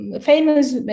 famous